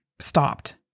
stopped